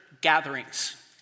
gatherings